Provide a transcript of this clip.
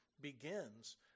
begins